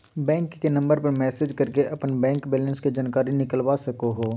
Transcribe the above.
bank के number पर message करके अपन बैंक बैलेंस के जानकारी निकलवा सको हो